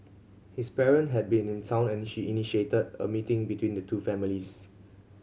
his parent had been in town and she initiated a meeting between the two families